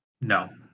No